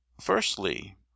firstly